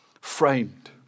Framed